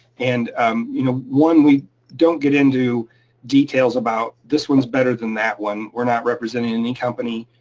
and um you know one, we don't get into details about, this one's better than that one. we're not representing any company.